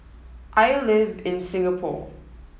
I live in Singapore